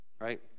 right